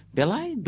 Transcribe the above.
Belai